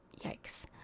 yikes